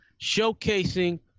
showcasing